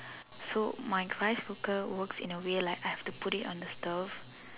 so my rice cooker work in a way like I have to put it on the stove